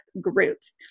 groups